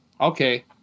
Okay